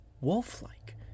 Wolf-like